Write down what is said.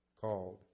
called